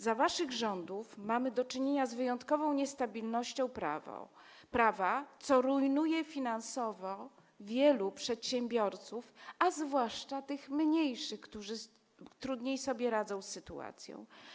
Za waszych rządów mamy do czynienia z wyjątkową niestabilnością prawa, co rujnuje finansowo wielu przedsiębiorców, zwłaszcza tych mniejszych, którzy trudniej sobie radzą z sytuacją.